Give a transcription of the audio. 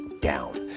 down